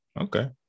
Okay